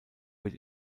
wird